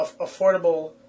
affordable